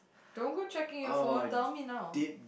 don't go checking your phone tell me know